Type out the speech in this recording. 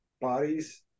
bodies